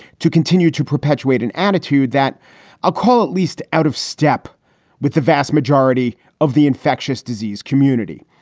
to continue to perpetuate an attitude that a call at least out of step with the vast majority of the infectious disease community.